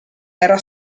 era